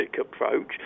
approach